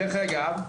דרך אגב,